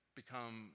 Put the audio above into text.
become